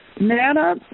Nana